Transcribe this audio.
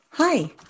Hi